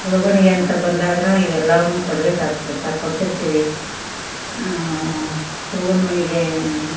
ಹುಡುಗನಿಗೆ ಅಂತ ಬಂದಾಗ ಇವೆಲ್ಲವನ್ನು ಕೊಡ್ಬೇಕು ಆಗಿರತ್ತೆ ಕೊಡ್ತಿರ್ತೀವಿ ಹುಡ್ಗನ ಮನಿಗೆ